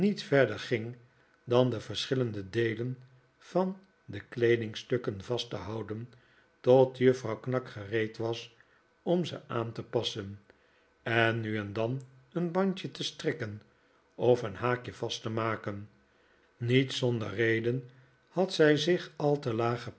verder ging dan de verschillende deelen van de kleedingstukken vast te houden tot juffrouw knag gereed was om ze aan te passen en nu en dan een bandje te strikken of een haakje vast te maken niet zonder reden had zij zich al te